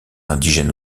indigène